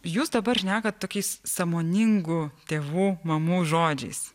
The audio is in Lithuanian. jūs dabar šnekat tokiais sąmoningų tėvų mamų žodžiais